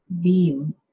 beam